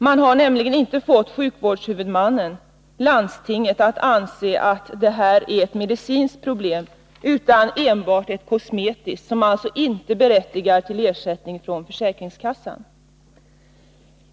Man har nämligen inte fått sjukvårdshuvudmannen, landstinget, att anse det vara ett medicinskt problem utan enbart ett kosmetiskt, som alltså inte berättigar till ersättning från försäkringskassan.